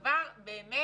זה דבר בלתי-רגיל.